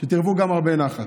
שתרוו הרבה נחת,